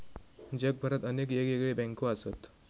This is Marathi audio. जगभरात अनेक येगयेगळे बँको असत